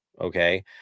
okay